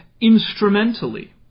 instrumentally